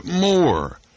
more